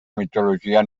mitologia